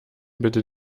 bitte